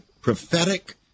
prophetic